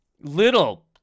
little